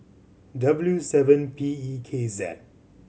W seven P E K Z